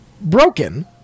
broken